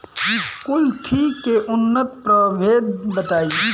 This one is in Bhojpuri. कुलथी के उन्नत प्रभेद बताई?